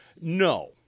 No